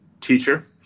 teacher